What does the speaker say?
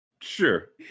Sure